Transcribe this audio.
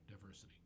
diversity